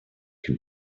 can